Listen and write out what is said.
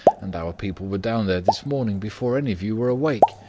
and our people were down there this morning before any of you were awake.